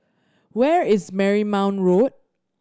where is Marymount Road